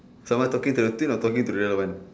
someone talking to the twin or talking to the real one